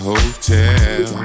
Hotel